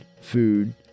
food